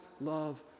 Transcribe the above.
love